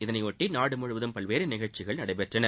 இதனையொட்டி நாடு முழுவதும் பல்வேறு நிகழ்ச்சிகள் நடைபெற்றன